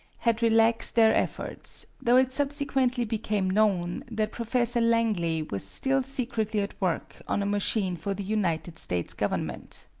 had relaxed their efforts, though it subsequently became known that professor langley was still secretly at work on a machine for the united states government.